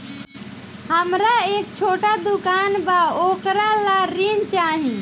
हमरा एक छोटा दुकान बा वोकरा ला ऋण चाही?